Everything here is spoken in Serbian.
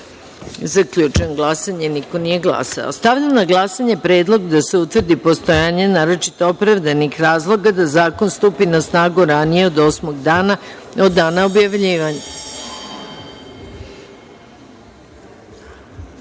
2.Zaključujem glasanje: niko nije glasao. Stavljam na glasanje predlog da se utvrdi postojanje naročito opravdanih razloga da zakon stupi na snagu ranije od osmog dana od dana